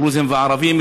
לדרוזים ולערבים,